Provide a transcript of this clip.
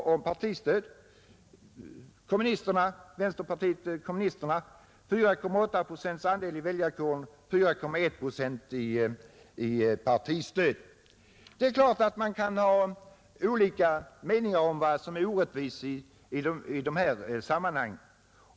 Vänsterpartiet kommunisterna slutligen hade 4,8 procents andel av väljarkåren och fick 4,1 procent i partistöd. Det är klart att man kan ha olika meningar om vad som är rättvist i detta sammanhang.